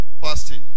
fasting